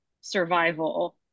survival